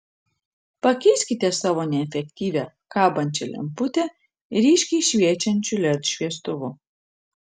pakeiskite savo neefektyvią kabančią lemputę ryškiai šviečiančiu led šviestuvu